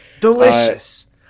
Delicious